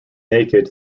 naked